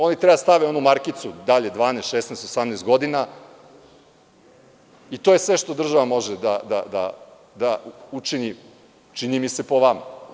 Oni treba da stave onu markicu, da li je 12, 16 ili 18 godina, i to je sve što država može da učini, čini mi se, po vama.